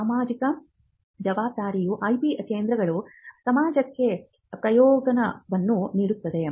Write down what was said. ಸಾಮಾಜಿಕ ಜವಾಬ್ದಾರಿಯು IP ಕೇಂದ್ರಗಳು ಸಮಾಜಕ್ಕೆ ಪ್ರಯೋಜನವನ್ನು ನೀಡುತ್ತದೆ